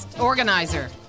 organizer